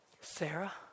Sarah